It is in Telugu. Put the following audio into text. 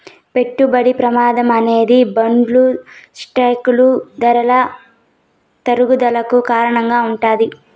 పెట్టుబడి ప్రమాదం అనేది బాండ్లు స్టాకులు ధరల తగ్గుదలకు కారణంగా ఉంటాది